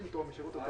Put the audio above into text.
ינון.